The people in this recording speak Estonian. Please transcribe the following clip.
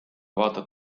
vaatad